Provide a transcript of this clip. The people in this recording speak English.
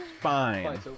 Fine